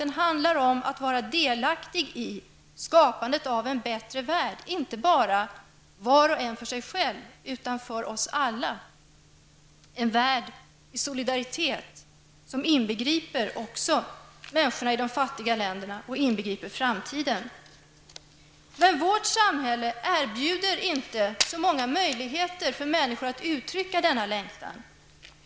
Den handlar om att vara delaktig i skapandet av en bättre värld, inte bara var och en för sig själv, utan för oss alla, en värld som inbegriper solidaritet också för människorna i de fattiga länderna och som inbegriper framtiden. Men vårt samhälle erbjuder inte så många möjligheter för människorna att uttrycka denna längtan.